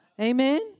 Amen